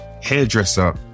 hairdresser